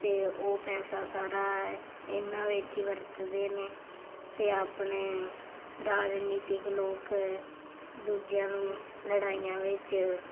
ਅਤੇ ਉਹ ਪੈਸਾ ਸਾਰਾ ਇਹਨਾਂ ਵਿੱਚ ਹੀ ਵਰਤਦੇ ਨੇ ਅਤੇ ਆਪਣੇ ਰਾਜਨੀਤਿਕ ਲੋਕ ਦੂਜਿਆਂ ਨੂੰ ਲੜਾਈਆਂ ਵਿੱਚ